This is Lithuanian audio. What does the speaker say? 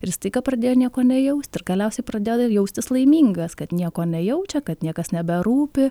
ir staiga pradėjo nieko nejaust ir galiausiai pradėjo jaustis laimingas kad nieko nejaučia kad niekas neberūpi